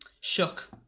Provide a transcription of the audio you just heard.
shook